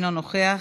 אינו נוכח,